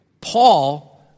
Paul